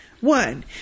One